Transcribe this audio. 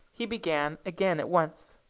he began again at once.